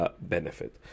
Benefit